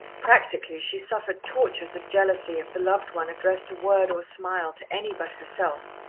practically she suffered tortures of jealousy if the loved one addressed a word or smile to any but herself,